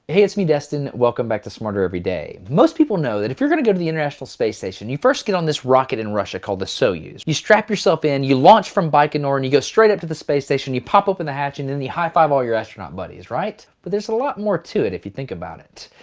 hey it's me destin, welcome back to smarter every day. most people know that if you're gonna go to the international space station you first get on this rocket in russia called the so soyuz. you strap yourself in, you launch from baikonur and you go straight up to the space station, you pop open the hatch and then you high-five all your astronaut buddies, right? but there's a lot more to it if you think about it.